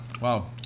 wow